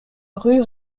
rue